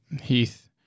Heath